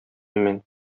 мин